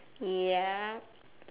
ya